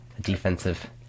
defensive